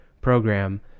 program